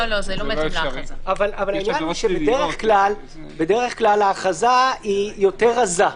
אבל העניין, שבדרך כלל ההכרזה היא יותר רזה.